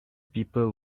people